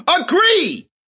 agree